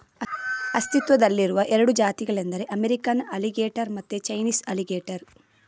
ಅಸ್ತಿತ್ವದಲ್ಲಿರುವ ಎರಡು ಜಾತಿಗಳೆಂದರೆ ಅಮೇರಿಕನ್ ಅಲಿಗೇಟರ್ ಮತ್ತೆ ಚೈನೀಸ್ ಅಲಿಗೇಟರ್